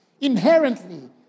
inherently